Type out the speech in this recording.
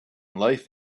life